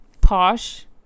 posh